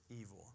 evil